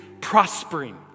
prospering